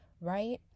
right